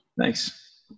thanks